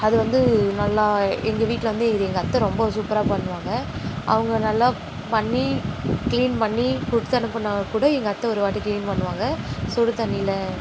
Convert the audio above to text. அது வந்து நல்லா எங்கள் வீட்டில் வந்து இது எங்கள் அத்தை ரொம்ப சூப்பராக பண்ணுவாங்க அவங்க நல்லா பண்ணி கிளீன் பண்ணிக் கொடுத்து அனுப்புனால் கூட எங்கள் அத்தை ஒரு வாட்டி கிளீன் பண்ணுவாங்க சுடு தண்ணீரில்